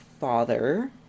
father